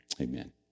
amen